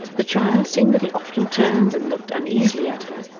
the child, seeing that he often turned and looked uneasily at her,